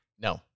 No